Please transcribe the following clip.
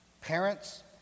Parents